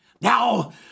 Now